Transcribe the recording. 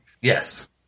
Yes